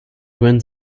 twin